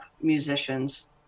musicians